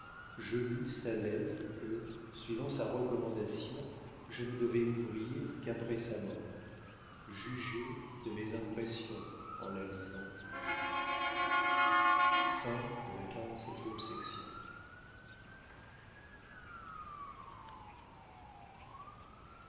je lus sa lettre que suivant sa recommandation je ne devais ouvrir qu'après sa mort jugez de mes impressions en la lisant